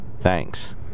Thanks